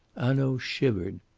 hanaud shivered.